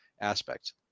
aspects